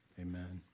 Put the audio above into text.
amen